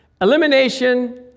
Elimination